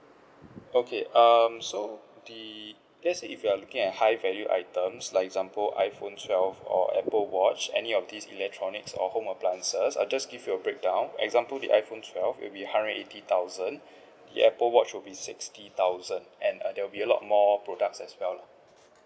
okay um so the let's say if you are looking at high value items like example iPhone twelve or Apple watch any of these electronics or home appliances I'll just give you a breakdown example the iPhone twelve it'll be hundred eighty thousand the Apple watch will be sixty thousand and there will be a lot more products as well lah